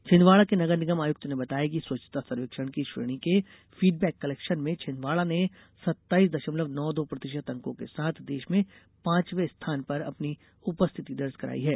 छिंदवाड़ा के नगर निगम आयुक्त ने बताया कि स्वच्छता सर्वेक्षण की इस श्रेणी के फीडबैक कलेक्शन में छिंदवाड़ा ने सत्ताइस दशमलव नौ दो प्रतिशत अंकों के साथ देश में पांचवे स्थान पर अपनी उपस्थिति दर्ज कराई है